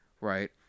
right